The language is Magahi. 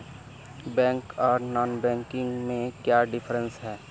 बैंक आर नॉन बैंकिंग में क्याँ डिफरेंस है?